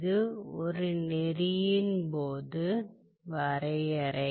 இது ஒரு நெறியின் பொது வரையறை